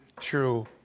true